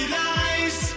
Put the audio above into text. lies